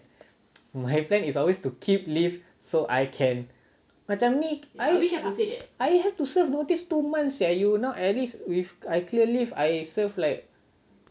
my plan is always to keep leave so I can macam ni I have to serve notice two months sia you now at least I clear leave I serve like